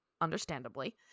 understandably